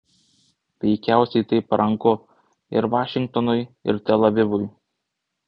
veikiausiai tai paranku ir vašingtonui ir tel avivui